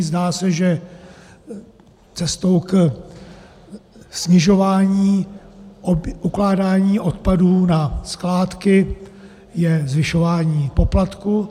Zdá se, že cestou ke snižování ukládání odpadů na skládky je zvyšování poplatku.